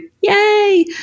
yay